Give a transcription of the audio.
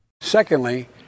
Secondly